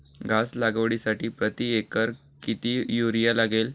घास लागवडीसाठी प्रति एकर किती युरिया लागेल?